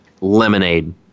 lemonade